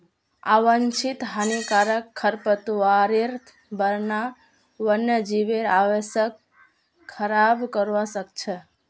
आवांछित हानिकारक खरपतवारेर बढ़ना वन्यजीवेर आवासक खराब करवा सख छ